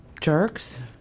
jerks